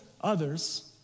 others